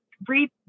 brief